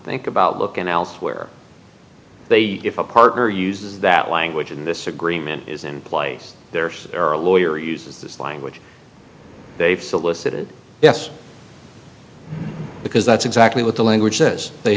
think about looking elsewhere they if a partner use that language in this agreement is in place there's or a lawyer uses this language they've solicited yes because that's exactly what the language says they